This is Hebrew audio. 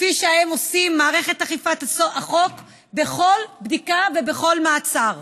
כפי שהם עושים במערכת אכיפת החוק בכל בדיקה ובכל מעצר.